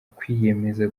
kwiyemeza